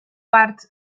parts